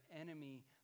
enemy